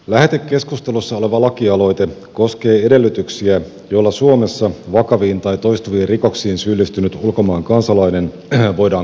lähetekeskustelussa oleva lakialoite koskee edellytyksiä joilla suomessa vakaviin tai toistuviin rikoksiin syyllistynyt ulkomaan kansalainen voidaan karkottaa maasta